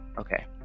Okay